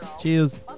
Cheers